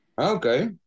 Okay